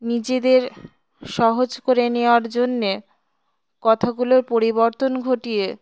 নিজেদের সহজ করে নেওয়ার জন্যে কথাগুলোর পরিবর্তন ঘটিয়ে